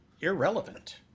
irrelevant